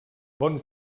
bon